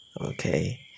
okay